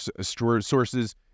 sources